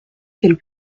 qu’elle